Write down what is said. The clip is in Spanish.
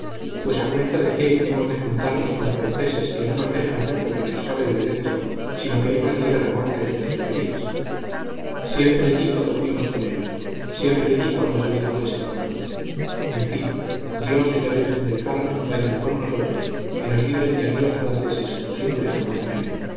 pues a cuenta qué hemos de juntarnos con franceses que no nos dejan hacer lo que nos sale de dentro sino que hemos de ir al remolque de sus señorías siempre di cuando fuimos con ellos siempre di cuando salimos destaponados en fin dios y la virgen del carmen vayan con nosotros y nos libren de amigos franceses por siempre jamás amén